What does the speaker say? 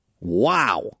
Wow